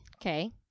Okay